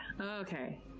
Okay